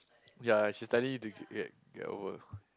ya she study to get get over